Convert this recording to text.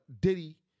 Diddy